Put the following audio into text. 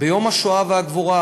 ביום השואה והגבורה